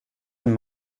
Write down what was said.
and